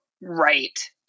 right